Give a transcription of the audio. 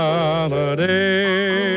Holiday